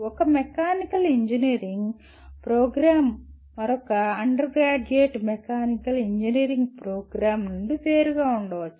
ఒక mechanical engineering programme మరొక undergraduate mechanical engineering programme నుండి వేరుగా ఉండవచ్చు